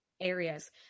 Areas